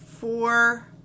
four